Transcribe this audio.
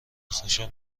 خوشحال